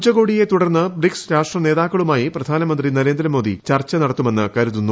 ഉച്ചകോടിയെ തുടർന്ന് ബ്രിക്സ് രാഷ്ട്രനേതാക്കളുമായി പ്രധാനമന്ത്രി നരേന്ദ്രമോദി ചർച്ച നടത്തുമെന്ന് കരുതുന്നു